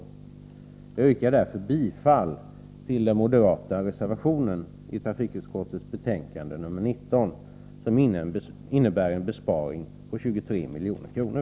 Jag yrkar därför bifall till den moderata reservationen vid trafikutskottets betänkande nr 19 som innebär en besparing på 23 milj.kr.